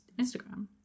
instagram